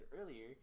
earlier